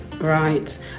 Right